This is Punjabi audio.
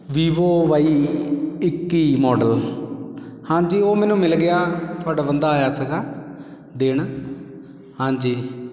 ਵੀਵੋ ਵਾਈ ਇੱਕੀ ਮੋਡਲ ਹਾਂਜੀ ਉਹ ਮੈਨੂੰ ਮਿਲ ਗਿਆ ਤੁਹਾਡਾ ਬੰਦਾ ਆਇਆ ਸੀਗਾ ਦੇਣ ਹਾਂਜੀ